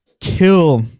kill